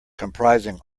comprising